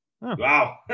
Wow